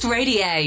Radio